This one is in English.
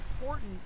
important